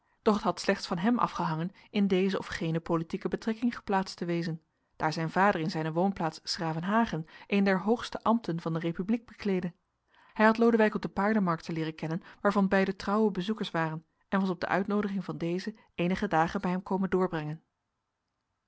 het had slechts van hem afgehangen in deze of gene politieke betrekking geplaatst te wezen daar zijn vader in zijne woonplaats s gravenhage een der hoogste ambten van de republiek bekleedde hij had lodewijk op de paardenmarkten leeren kennen waarvan beiden trouwe bezoekers waren en was op de uitnoodiging van dezen eenige dagen bij hem komen doorbrengen